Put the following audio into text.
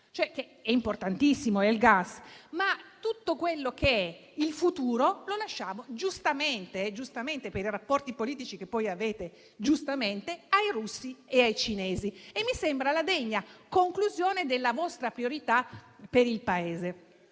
Il gas è importantissimo, ma tutto quello che è il futuro lo lasciamo giustamente, per i rapporti politici che avete, ai russi e ai cinesi. Mi sembra la degna conclusione della vostra priorità per il Paese.